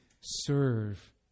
serve